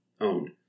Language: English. owned